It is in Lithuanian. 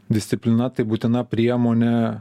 disciplina tai būtina priemonė